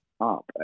up